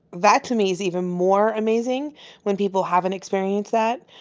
that to me is even more amazing when people heven't experienced that,